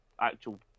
actual